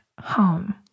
home